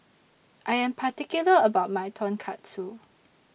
I Am particular about My Tonkatsu